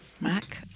Mac